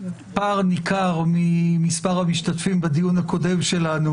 פער ניכר ממספר המשתתפים בדיון הקודם שלנו,